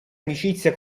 amicizia